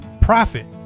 Profit